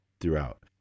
throughout